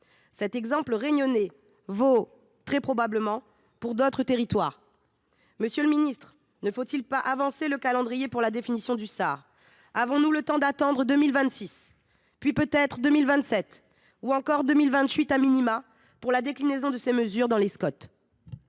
L’exemple réunionnais vaut, très probablement, pour d’autres territoires. Monsieur le ministre, ne faut il pas avancer le calendrier pour la définition du SAR ? Avons nous le temps d’attendre 2026, voire 2027 ou 2028 pour la déclinaison de ces mesures dans les Scot ?